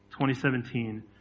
2017